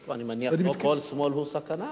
אני מניח, לא כל שמאל הוא סכנה.